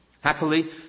Happily